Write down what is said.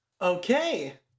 Okay